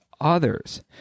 others